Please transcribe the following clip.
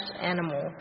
animal